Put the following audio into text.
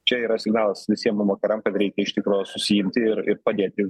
čia yra signalas visiem mum vakaram kad reikia iš tikro susiimti ir ir padėti